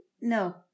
No